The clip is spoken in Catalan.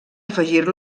afegir